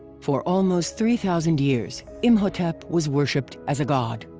for almost three thousand years, imhotep was worshiped as a god.